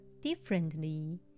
differently